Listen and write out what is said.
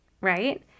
right